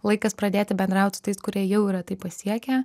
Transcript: laikas pradėti bendraut su tais kurie jau yra tai pasiekę